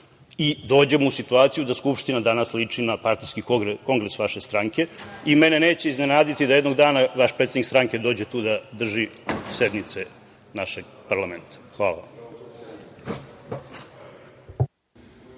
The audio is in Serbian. i dođemo u situaciju da Skupština danas liči na partijski kongres vaše stranke. Mene neće iznenaditi da jednog dana vaš predsednik stranke dođe tu da drži sednice našeg parlamenta. Hvala vam.